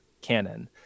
canon